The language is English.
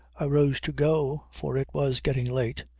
i rose to go, for it was getting late.